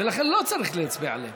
ולכן לא צריך להצביע עליהם.